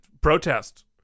protest